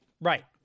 right